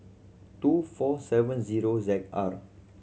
two four seven zero Z R